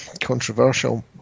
Controversial